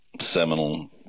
seminal